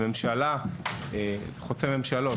חוצה ממשלות,